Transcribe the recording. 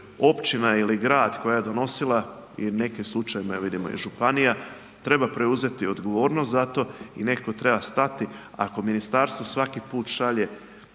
općina ili grad koja je donosila i u nekim slučajevima, vidimo, županija, treba preuzeti odgovornost za to i netko treba stati. Ako ministarstvo svaki put šalje